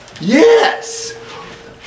Yes